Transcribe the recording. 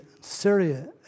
Syria